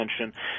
attention